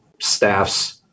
staffs